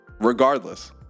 regardless